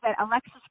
Alexis